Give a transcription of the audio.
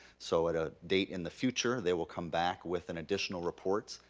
so at a date in the future they will come back with an additional reports.